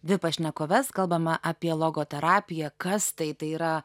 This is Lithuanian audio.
dvi pašnekoves kalbame apie logoterapiją kas tai tai yra